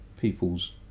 people's